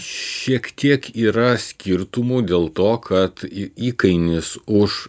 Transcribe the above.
šiek tiek yra skirtumų dėl to kad įkainis už